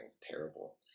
terrible